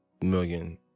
million